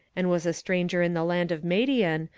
and was a stranger in the land of madian,